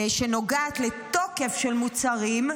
שנוגעת לתוקף של מוצרים,